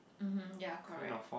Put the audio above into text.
mmhmm ya correct